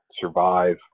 survive